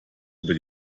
über